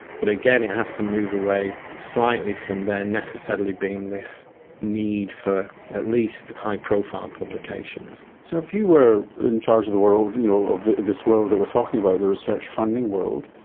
but again, it has to move away slightly from there necessarily being this need for at least high profile publications. so if you were in charge of the world, you know this world that we're talking about, the research funding world,